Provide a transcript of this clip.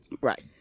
Right